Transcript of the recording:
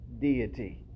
deity